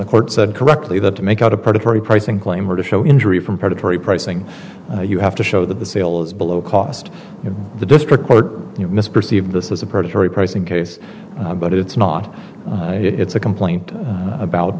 the court said correctly that to make out a predatory pricing claim or to show injury from predatory pricing you have to show that the sale is below cost in the district court misperceived this is a predatory pricing case but it's not it's a complaint about